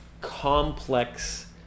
complex